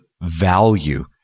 value